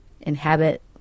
inhabit